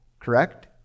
Correct